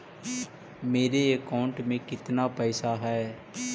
मेरे अकाउंट में केतना पैसा है?